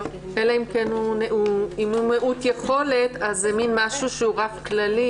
לא, אלא אם הוא מיעוט יכולת ואז יש רף כללי,